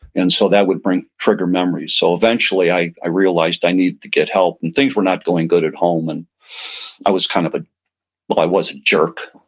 and so that would trigger memories so eventually, i i realized i needed to get help. and things were not going good at home, and i was kind of ah but i was a jerk.